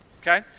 okay